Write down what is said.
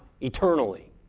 eternally